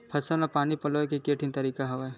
फसल म पानी पलोय के केठन तरीका हवय?